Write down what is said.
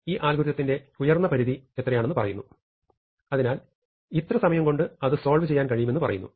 ഈ അൽഗോരിതത്തിന്റെ ഉയർന്ന പരിധി എത്രയാണെന്ന് പറയുന്നു അതിനാൽ ഇത്ര സമയം കൊണ്ട് അത് സോൾവ് ചെയ്യാൻ കഴിയുമെന്ന് പറയുന്നു